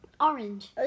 Orange